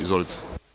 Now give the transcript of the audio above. Izvolite.